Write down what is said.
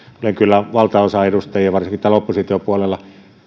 olen kyllä valtaosan edustajista varsinkin täällä oppositiopuolella kanssa